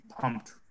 pumped